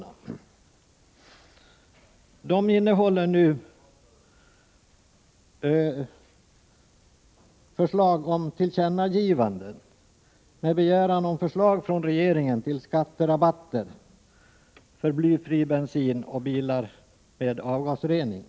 De motioner som reservationerna talar för innehåller förslag om tillkännagivanden. Det gäller begäran om förslag från regeringen om skatterabatter för blyfri bensin och för bilar med avgasrening.